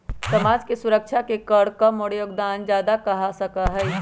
समाज के सुरक्षा के कर कम और योगदान ज्यादा कहा जा सका हई